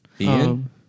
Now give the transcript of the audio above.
Ian